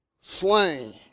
slain